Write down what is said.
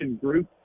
group